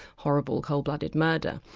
horrible, cold-blooded murder.